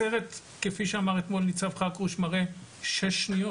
הסרט, כפי שאמר אתמול ניצב חכרוש, מראה שש שניות.